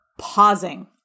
pausing